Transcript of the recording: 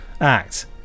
act